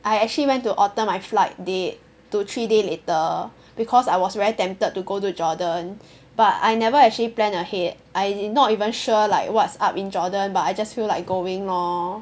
I actually went to alter my flight date to three days later because I was very tempted to go to Jordan but I never actually plan ahead I'm not even sure like what's up in Jordan but I just feel like going lor